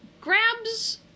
grabs